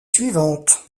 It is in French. suivantes